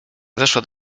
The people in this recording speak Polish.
weszła